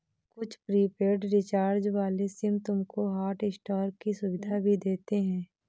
कुछ prepaid recharge वाले SIM तुमको हॉटस्टार की सुविधा भी देते हैं